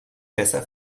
besser